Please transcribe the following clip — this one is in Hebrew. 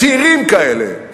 צעירים כאלה,